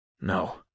No